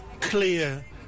clear